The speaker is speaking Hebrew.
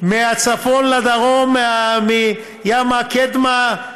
מהצפון לדרום, ימה וקדמה.